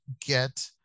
get